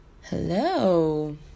hello